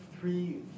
three